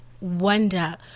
wonder